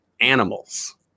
animals